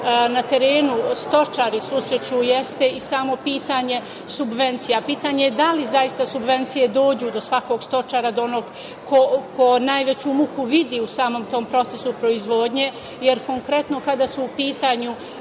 na terenu stočari susreću jeste i samo pitanje subvencija. Pitanje je da li zaista subvencije dođu do svakog stočara, do onog ko najveću muku vidi u samom tom procesu proizvodnje, jer konkretno kada su u pitanju